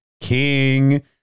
king